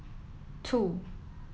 two